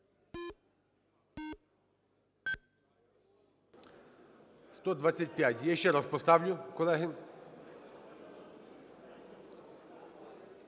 За-125 Я ще раз поставлю, колеги.